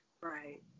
Right